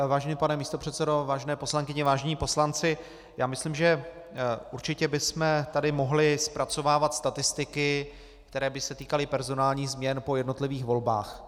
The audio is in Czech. Vážený pane místopředsedo, vážené poslankyně, vážení poslanci, já myslím, že určitě bychom tady mohli zpracovávat statistiky, které by se týkaly personálních změn po jednotlivých volbách.